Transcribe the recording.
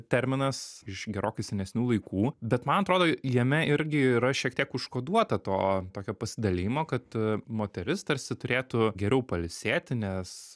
terminas iš gerokai senesnių laikų bet man atrodo jame irgi yra šiek tiek užkoduota to tokio pasidalijimo kad moteris tarsi turėtų geriau pailsėti nes